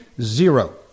Zero